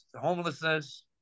homelessness